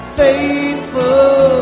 faithful